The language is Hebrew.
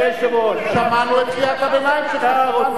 שמענו את קריאת הביניים שלך.